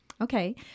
okay